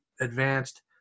advanced